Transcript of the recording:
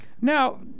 Now